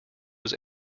was